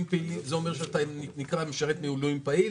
זה אומר שאתה נקרא משרת מילואים פעיל.